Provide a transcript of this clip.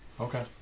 Okay